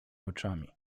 oczami